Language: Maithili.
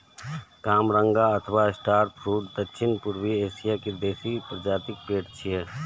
कामरंगा अथवा स्टार फ्रुट दक्षिण पूर्वी एशिया के देसी प्रजातिक पेड़ छियै